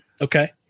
okay